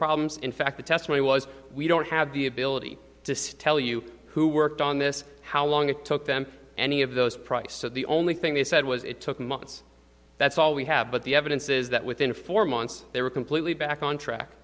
problems in fact the testimony was we don't have the ability to tell you who worked on this how long it took them any of those price so the only thing they said was it took months that's all we have but the evidence is that within four months they were completely back on track